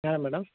yeah madam